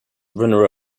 runner